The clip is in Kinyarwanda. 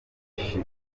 she